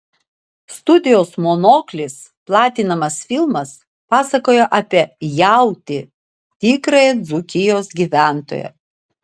studijos monoklis platinamas filmas pasakoja apie jautį tikrąjį dzūkijos gyventoją